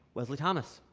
wesley thomas?